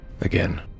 Again